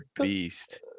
beast